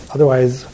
Otherwise